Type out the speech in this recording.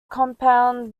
compound